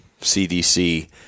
CDC